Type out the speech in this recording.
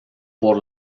por